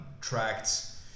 tracts